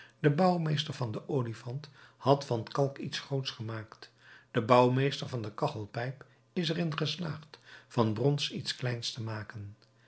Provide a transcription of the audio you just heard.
de bouwmeester van den olifant had van kalk iets groots gemaakt de bouwmeester van de kachelpijp is er in geslaagd van brons iets kleins te maken